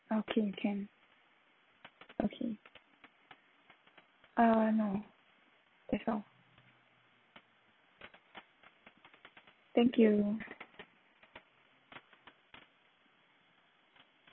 okay can okay uh no that's all thank you